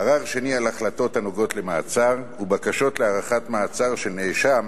ערר שני על החלטות הנוגעות למעצר ובקשות להארכת מעצר של נאשם